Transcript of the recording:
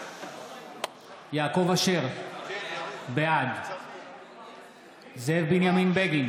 בעד יעקב אשר, בעד זאב בנימין בגין,